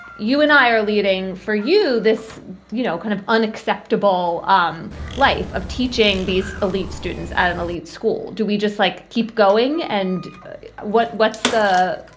you and i are leading for you. this you know kind of unacceptable um life of teaching these elite students at an elite school do we just like keep going. and what what's the